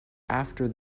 after